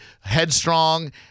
headstrong